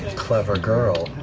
clever girl.